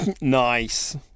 Nice